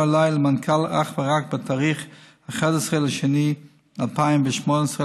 אליי ולמנכ"ל אך ורק ב-11 בפברואר 2018,